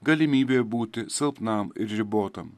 galimybė būti silpnam ir ribotam